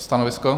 Stanovisko?